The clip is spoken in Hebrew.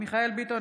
מיכאל מרדכי ביטון,